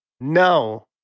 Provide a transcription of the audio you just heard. no